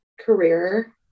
career